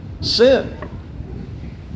sin